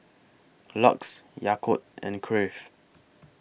LUX Yakult and Crave